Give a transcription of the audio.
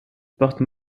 porte